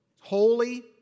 holy